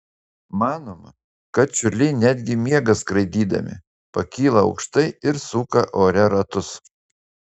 manoma kad čiurliai netgi miega skraidydami pakyla aukštai ir suka ore ratus